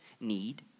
need